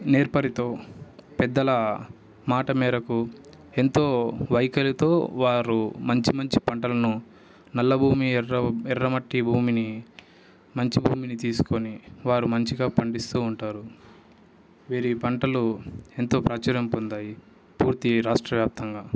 నేర్పరితో పెద్దల మాట మేరకు ఎంతో వైఖరితో వారు మంచి మంచి పంటలను నల్లభూమి ఎర్ర ఎర్రమట్టి భూమిని మంచి భూమిని తీస్కొని వారు మంచిగా పండిస్తూ ఉంటారు వీరి పంటలు ఎంతో ప్రాచుర్యం పొందాయి పూర్తి రాష్ట్రవ్యాప్తంగా